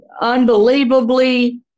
unbelievably